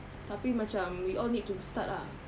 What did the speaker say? tapi macam we all need to start ah